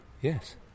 Yes